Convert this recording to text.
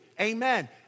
Amen